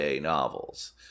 novels